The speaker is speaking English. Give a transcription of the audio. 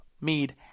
mead